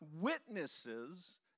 witnesses